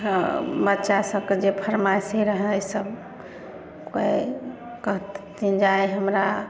हॅं बच्चा सबके जे फरमाइस रहै से सब कोई कहथिन जे आइ हमरा